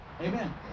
Amen